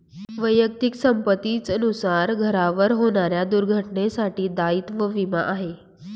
वैयक्तिक संपत्ती च नुकसान, घरावर होणाऱ्या दुर्घटनेंसाठी दायित्व विमा आहे